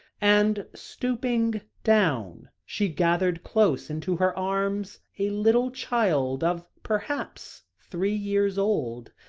and, stooping down, she gathered close into her arms a little child, of perhaps three years old,